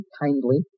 kindly